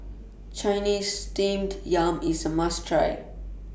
Chinese Steamed Yam IS A must Try